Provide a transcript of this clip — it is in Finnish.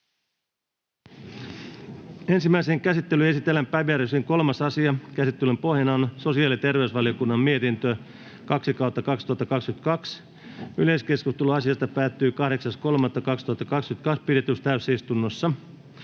Ensimmäiseen käsittelyyn esitellään päiväjärjestyksen 3. asia. Käsittelyn pohjana on sosiaali- ja terveysvaliokunnan mietintö StVM 2/2022 vp. Yleiskeskustelu asiasta päättyi 8.3.2022 pidetyssä täysistunnossa.